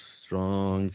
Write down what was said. strong